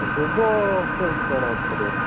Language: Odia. ଭିବୋ କେମିତି କଣ ଅଛି ରେଟ୍